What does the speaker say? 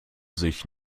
sich